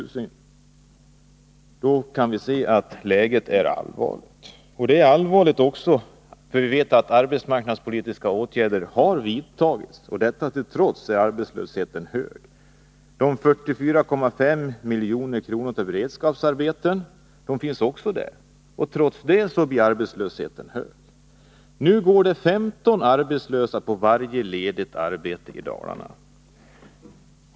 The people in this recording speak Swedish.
Då kan vi säga att läget är allvarligt. Vi vet att arbetsmarknadspolitiska åtgärder har vidtagits och att arbetslösheten är hög detta till trots. Det finns 44,5 milj.kr. för beredskapsarbeten, och ändå blir arbetslösheten hög. Nu går det 15 arbetslösa på varje ledigt arbete i Dalarna.